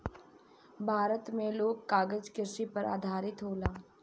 भारत मे लोग कागज कृषि पर आधारित होला